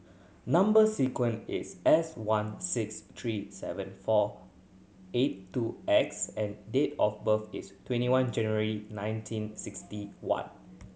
number sequence is S one six three seven four eight two X and date of birth is twenty one January nineteen sixty one